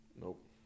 nope